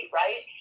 right